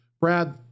Brad